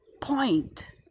point